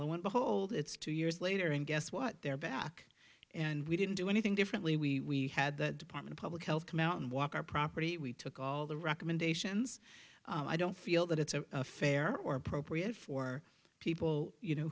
lo and behold it's two years later and guess what they're back and we didn't do anything differently we had the department of public health come out and walk our property we took all the recommendations i don't feel that it's a fair or appropriate for people you know